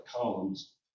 columns